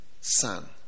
son